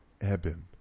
Eben